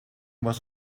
was